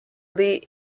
lee